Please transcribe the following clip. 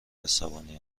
عصبانی